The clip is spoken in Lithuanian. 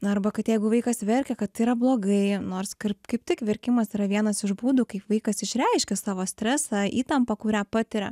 na arba kad jeigu vaikas verkia kad tai yra blogai nors kaip tik verkimas yra vienas iš būdų kaip vaikas išreiškia savo stresą įtampą kurią patiria